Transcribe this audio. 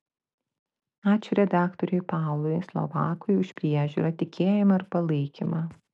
ačiū redaktoriui paului slovakui už priežiūrą tikėjimą ir palaikymą